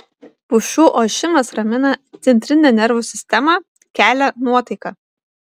pušų ošimas ramina centrinę nervų sistemą kelia nuotaiką